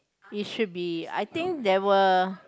it's should be I think there were